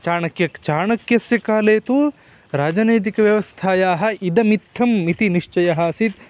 चाणक्यः चाणक्यस्य काले तु राजनैतिकव्यवस्थायाः इदमित्थम् इति निश्चयः आसीत्